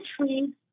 trees